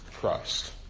Christ